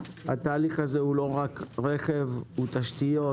התהליך הזה הוא לא רק רכב אלא הוא תשתיות,